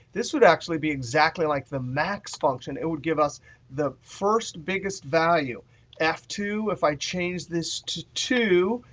this would actually be exactly like the max function. it would give us the first-biggest value f two if i change this to two,